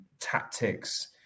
tactics